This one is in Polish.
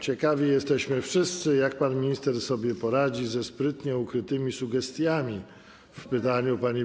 Ciekawi jesteśmy wszyscy, jak pan minister sobie poradzi ze sprytnie ukrytymi sugestiami w pytaniu pani poseł.